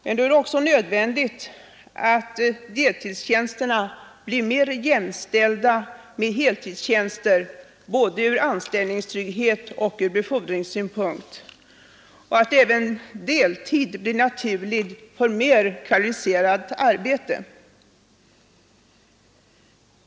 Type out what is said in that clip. Det är också nödvändigt att deltidstjänsterna blir mer jämställda med heltidstjänster både när det gäller anställningstrygghet och ur befordringssynpunkt och att även deltid blir naturligt för mer kvalificerat arbete.